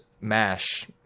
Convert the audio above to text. MASH